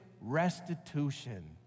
restitution